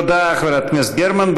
תודה, חברת הכנסת גרמן.